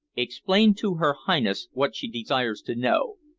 explain to her highness what she desires to know,